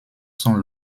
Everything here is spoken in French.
sont